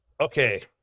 Okay